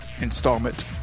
installment